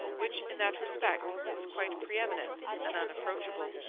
which, in that respect, was quite pre-eminent and unapproachable.